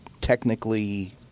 technically